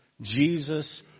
Jesus